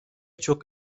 çok